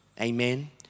Amen